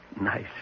Nice